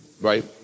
Right